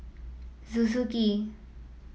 Suzuki